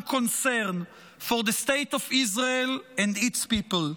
concern for the State of Israel and its people.